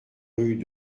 rue